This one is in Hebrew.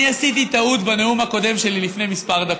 אני עשיתי טעות בנאום הקודם שלי לפני כמה דקות.